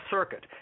Circuit